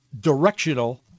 directional